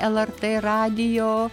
lrt radijo